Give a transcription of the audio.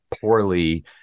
poorly